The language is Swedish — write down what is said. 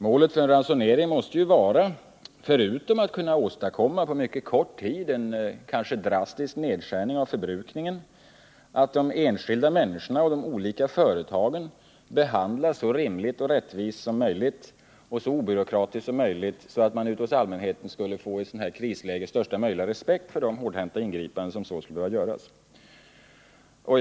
Förutom att en kanske drastisk nedskärning av förbrukningen måste åstadkommas på mycket kort tid skall målet för en ransonering vara att de enskilda människorna och de olika företagen behandlas så rättvist och obyråkratiskt som möjligt, så att man ute bland allmänheten i ett sådant krisläge skulle känna största möjliga respekt för de hårdhänta ingripanden som kunde bli nödvändiga.